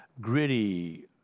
gritty